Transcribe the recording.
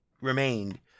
remained